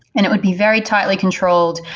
and it would be very tightly controlled.